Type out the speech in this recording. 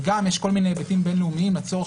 וגם יש היבטים בין-לאומיים הצורך